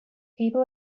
people